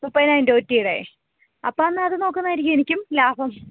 മുപ്പതിനായിരം രൂപ ഒറ്റിയല്ലേ അപ്പം എന്നാൽ അത് നോക്കുന്നതായിരിക്കും എനിക്കും ലാഭം